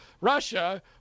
russia